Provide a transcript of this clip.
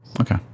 Okay